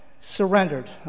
surrendered